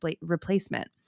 replacement